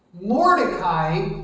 Mordecai